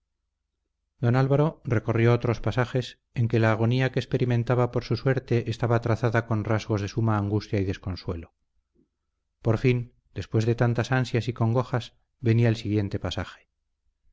don álvaro recorrió otros pasajes en que la agonía que experimentaba por su suerte estaba trazada con rasgos de suma angustia y desconsuelo por fin después de tantas ansias y congojas venía el siguiente pasaje